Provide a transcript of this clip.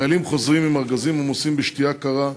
החיילים חוזרים עם ארגזים עמוסים בשתייה קרה,